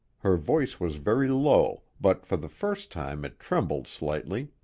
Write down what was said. her voice was very low, but for the first time it trembled slightly.